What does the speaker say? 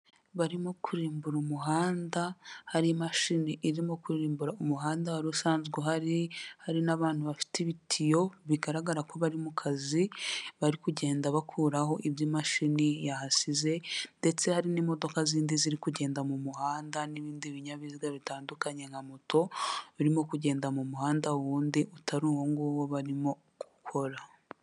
Barimo kurimbura umuhanda hari imashini irimo kuririmbira umuhanda wari usanzwe uhari hari n'abantu bafite ibitiyo bigaragara ko bari mu kazi bari kugenda bakuraho iby'imashini yahasize, ndetse hari n'imodoka zindi ziri kugenda mu muhanda, n'ibindi binyabiziga bitandukanye nka moto birimo kugenda mu muhanda wundi utari uwo nguwo barimo gukora.